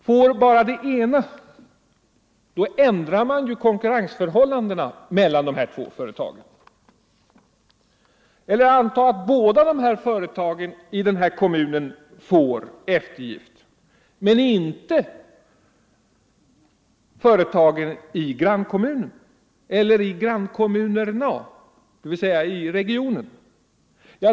Får bara det ena företaget eftergift ändrar man ju på konkurrensförhållandena mellan de två företagen. Eller anta att båda företagen i den här kommunen får eftergift — men inte företagen i grannkommunerna inom regionen.